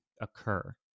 occur